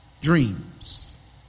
dreams